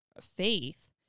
faith